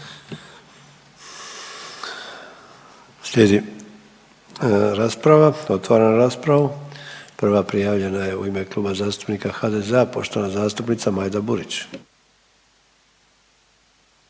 Otvaram raspravu. Prva prijavljena je u ime Kluba zastupnika HDZ-a poštovana zastupnica Majda Burić.